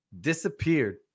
Disappeared